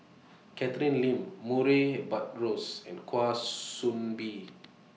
Catherine Lim Murray Buttrose and Kwa Soon Bee